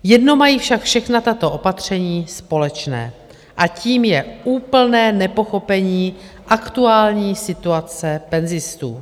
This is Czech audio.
Jedno mají však všechna tato opatření společné a tím je úplné nepochopení aktuální situace penzistů.